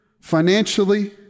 financially